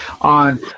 on